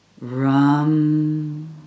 Ram